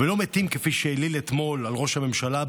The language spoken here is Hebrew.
ולא מתים כפי שהעליל אתמול על ראש הממשלה,